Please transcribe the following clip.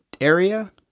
area